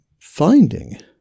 Finding